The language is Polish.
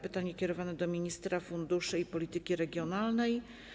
Pytanie skierowane jest do ministra funduszy i polityki regionalnej.